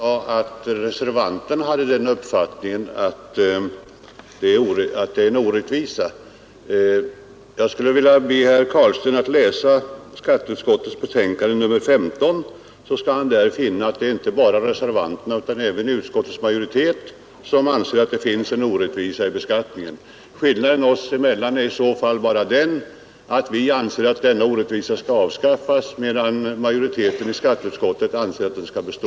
Fru talman! Herr Carlstein sade att det enligt reservanternas uppfattning råder en orättvisa. Jag ber herr Carlstein läsa skatteutskottets betänkande nr 15, där frågan om höjning av försäkringsavdraget behandlas. Av det framgår att inte bara reservanterna utan även utskottets majoritet anser att det finns en orättvisa i beskattningen. Skillnaden mellan oss är bara den att vi reservanter anser att denna orättvisa skall avskaffas, medan majoriteten i skatteutskottet anser att den skall bestå.